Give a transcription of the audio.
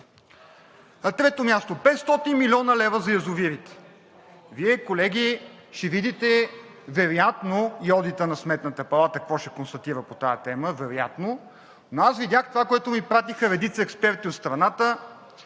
На трето място, 500 млн. лв. за язовирите. Колеги, Вие ще видите вероятно и одита на Сметната палата какво ще констатира по тази тема вероятно, но аз видях това, което ми пратиха редица експерти от страната,